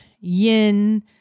yin